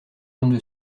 grammes